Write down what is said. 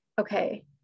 okay